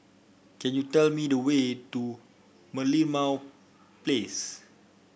can you tell me the way to Merlimau Place